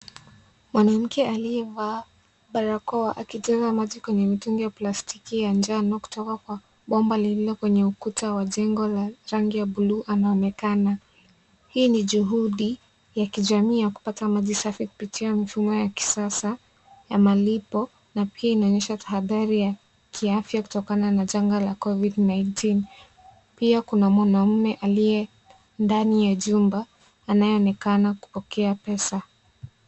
Mwanamke aliyevaa barakoa, akijaza maji kwenye mitungi ya plastiki ya njano kutoka kwa bomba lililo kwenye ukuta wa jengo la rangi ya bluu anaonekana. Hii ni juhudi ya kijamii ya kupata maji safi kupitia mifumo ya kisasa, ya malipo, na pia inaonyesha tahadhari ya kiafya kutokana na janga la Covid-19. Pia kuna mwanaume aliye ndani ya jumba, anayeonekana kupokea pesa.